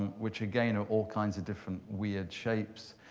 and which, again, are all kinds of different weird shapes.